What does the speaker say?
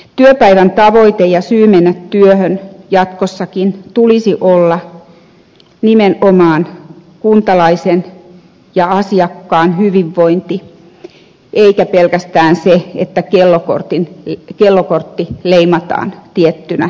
työpäivän tavoitteen ja syyn mennä työhön jatkossakin tulisi olla nimenomaan kuntalaisen ja asiakkaan hyvinvointi eikä pelkästään se että kellokortti leimataan tiettynä kellonaikana